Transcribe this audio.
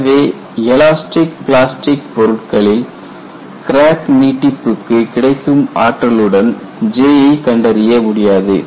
எனவே elastic plastic பொருட்களில் crack நீட்டிப்புக்கு கிடைக்கும் ஆற்றலுடன் J ஐ கண்டறிய முடியாது